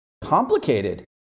complicated